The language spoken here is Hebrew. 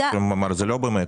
זה לא באמת.